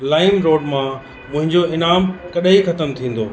लाइम road मां मुहिंजो इनामु कॾहिं ख़तमु थींदो